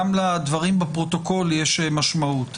גם לדברים בפרוטוקול יש משמעות.